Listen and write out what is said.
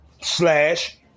slash